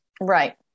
Right